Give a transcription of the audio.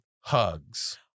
Hugs